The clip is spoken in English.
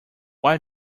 why